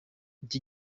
iki